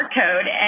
code